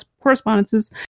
correspondences